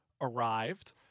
arrived